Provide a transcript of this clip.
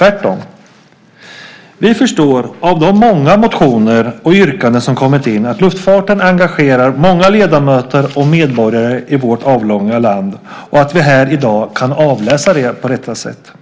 Tvärtom, vi förstår av de många motioner och yrkanden som kommit in att luftfarten engagerar många ledamöter och medborgare i vårt avlånga land och att vi här i dag kan avläsa det på detta sätt.